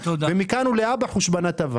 ומכאן ולהבא חושבנא טבא.